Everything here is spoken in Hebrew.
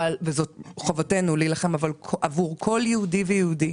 וזאת חובתנו להילחם עבור כל יהודי ויהודי